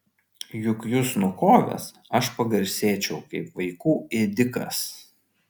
juk jus nukovęs aš pagarsėčiau kaip vaikų ėdikas